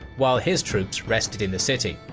while his troops rested in the city.